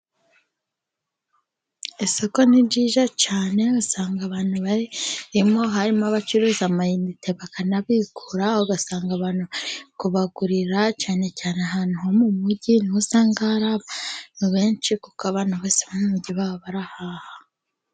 Isoko ni nziza cyane, usanga abantu barimo, harimo abacuruza amayinite bakanabikura, ugasanga abantu barikubagurira, cyane cyane ahantu ho mu mugi, nihusanga hari abantu benshi, kuko abantu bose, bo mu mugi, baba barahaha.